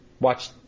watch